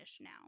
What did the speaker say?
now